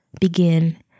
begin